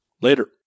Later